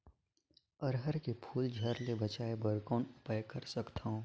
अरहर के फूल झरे ले बचाय बर कौन उपाय कर सकथव?